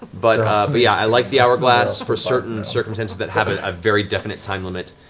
but ah but yeah i like the hourglass for certain circumstances that have a ah very definite time limit,